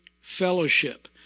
fellowship